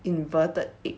inverted egg